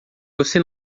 você